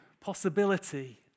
possibility